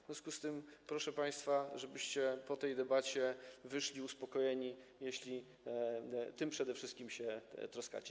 W związku z tym proszę państwa, żebyście po tej debacie wyszli uspokojeni, jeśli tym przede wszystkim się troskacie.